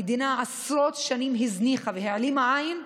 המדינה הזניחה עשרות שנים והעלימה עין,